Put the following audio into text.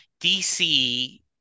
DC